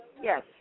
Yes